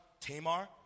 Tamar